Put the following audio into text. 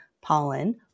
pollen